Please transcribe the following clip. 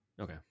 Okay